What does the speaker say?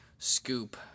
scoop